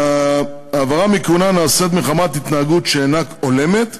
ההעברה מכהונה נעשית מחמת התנהגות שאינה הולמת,